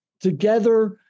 together